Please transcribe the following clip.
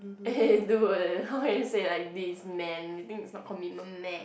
eh dude how can you say like this man you think it's not commitment meh